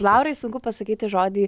laurai sunku pasakyti žodį